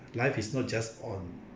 life is not just on